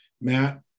Matt